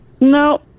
no